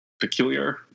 peculiar—